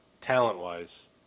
talent-wise